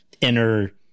inner